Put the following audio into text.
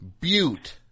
Butte